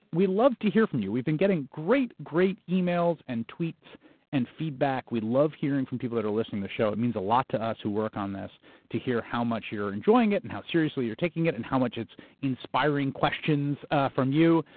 we love to hear from you. we've been getting great, great emails and tweets and feedback. we love hearing from people that are listening to the show. it means a lot to us who work on this to hear how much you're enjoying it and how seriously you're taking it and how much it's inspiring questions ah from you.